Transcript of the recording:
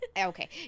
Okay